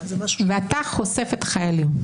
ואתה חושף את החיילים.